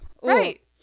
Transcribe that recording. Right